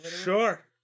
Sure